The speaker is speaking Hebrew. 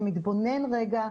שמתבונן רגע,